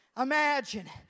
Imagine